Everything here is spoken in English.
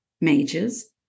mages